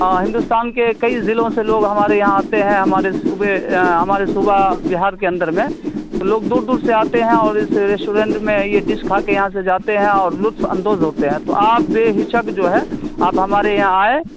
ہندوستان کے کئی ضلعوں سے لوگ ہمارے یہاں آتے ہیں ہمارے صوبے ہمارے صوبہ بہار کے اندر میں لوگ دور دور سے آتے ہیں اور اس ریسٹورینٹ میں یہ ڈش کھا کے یہاں سے جاتے ہیں اور لطف اندوز ہوتے ہیں تو آپ بے جھجھک جو ہے آپ ہمارے یہاں آئیں